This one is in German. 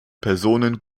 personen